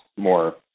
More